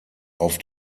auf